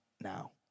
now